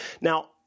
Now